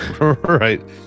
Right